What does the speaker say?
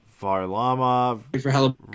Varlamov